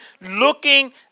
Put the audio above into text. looking